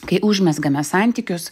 kai užmezgame santykius